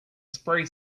spray